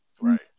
Right